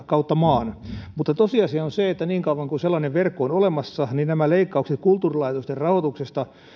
kautta maan mutta tosiasia on se että niin kauan kuin sellainen verkko on olemassa niin nämä leikkaukset kulttuurilaitosten rahoituksesta